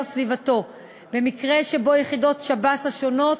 או סביבתו במקרה שיחידות שב"ס השונות